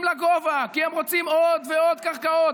לגובה כי הם רוצים עוד ועוד קרקעות,